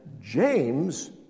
James